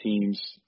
teams